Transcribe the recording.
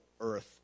earth